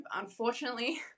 Unfortunately